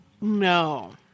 No